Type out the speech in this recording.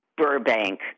Burbank